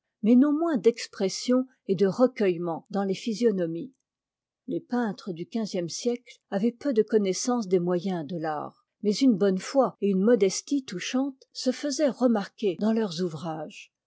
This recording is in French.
mais non moins d'expression et de recueillement dans tes physionomies les peintres du quinzième siècle avaient peu de connaissance des moyens de l'art mais une bonne foi et une modestie touchantes se faisaient remarquer dans leurs ouvrages